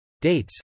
Dates